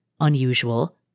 unusual